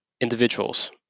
individuals